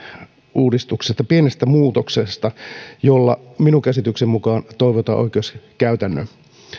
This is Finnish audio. uudistuksesta pienestä muutoksesta jolla minun käsitykseni mukaan toivotaan oikeuskäytännön